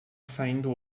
saindo